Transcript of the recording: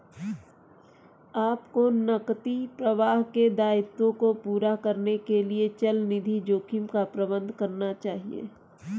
आपको नकदी प्रवाह के दायित्वों को पूरा करने के लिए चलनिधि जोखिम का प्रबंधन करना चाहिए